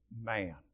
man